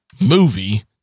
movie